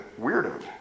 weirdo